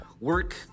work